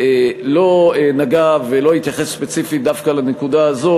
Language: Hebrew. לא נגע ולא התייחס ספציפית דווקא לנקודה הזאת,